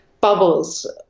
bubbles